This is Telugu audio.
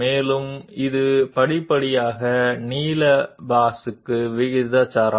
ఈ సందర్భంలో మేము వేరియబుల్ u యొక్క సహాయం తీసుకుంటున్నాము u ఎలా మారుతుంది